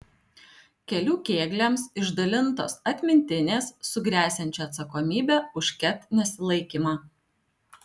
kelių kėgliams išdalintos atmintinės su gresiančia atsakomybe už ket nesilaikymą